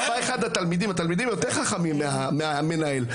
התלמידים יותר חכמים מהמנהל.